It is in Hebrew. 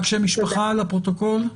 רק שם משפחה לפרוטוקול.